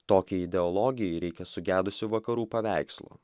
tokiai ideologijai reikia sugedusių vakarų paveikslų